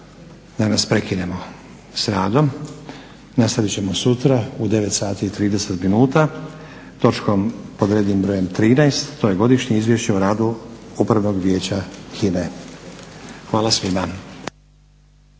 danas prekinemo s radom. Nastavit ćemo sutra u 9,30 minuta točkom pod rednim brojem 13, to je Godišnje izvješće radu Upravnog vijeća HINA-e. Hvala svima.